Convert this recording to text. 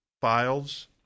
files